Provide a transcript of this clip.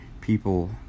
people